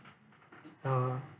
oh